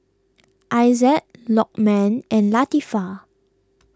Aizat Lokman and Latifa